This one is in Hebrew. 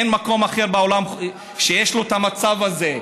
אין מקום אחר בעולם שיש בו את המצב הזה.